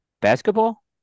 Basketball